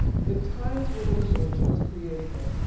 the times we're living in is what's creating it.